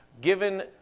given